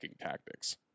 tactics